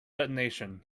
detonation